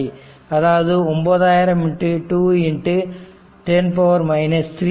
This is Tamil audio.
அதாவது 9000 210 3ஆகும்